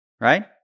right